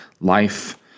Life